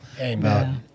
Amen